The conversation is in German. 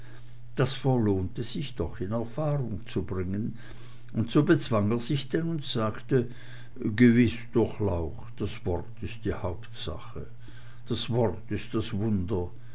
das verlohnte sich doch in erfahrung zu bringen und so bezwang er sich denn und sagte gewiß durchlaucht das wort ist die hauptsache das wort ist das wunder